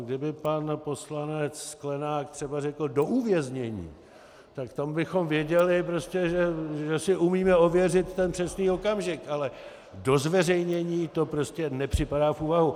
Kdyby pan poslanec Sklenák třeba řekl do uvěznění, tak tam bychom věděli, že si umíme ověřit ten přesný okamžik, ale do zveřejnění, to prostě nepřipadá v úvahu.